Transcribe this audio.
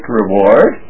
reward